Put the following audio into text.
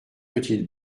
petite